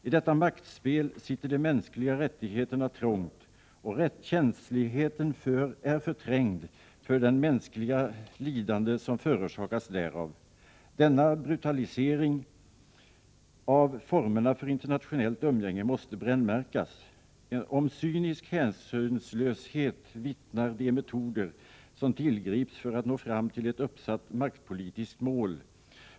I detta maktspel sitter de mänskliga rättigheterna trångt, och känsligheten för de mänskliga lidanden som förorsakas därav är förträngd. Denna brutalisering av formerna för internationellt umgänge måste brännmärkas. Om cynisk hänsynslöshet vittnar de metoder som tillgrips för att nå fram till ett uppsatt maktpolitiskt mål.